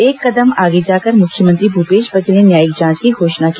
एक कदम आगे जाकर मुख्यमंत्री भूपेश बघेल ने न्यायिक जांच की घोषणा की